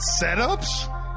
setups